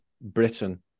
britain